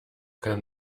kann